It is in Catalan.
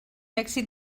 èxit